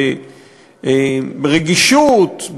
ברגישות,